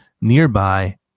nearby